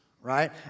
right